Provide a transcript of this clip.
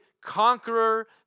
conqueror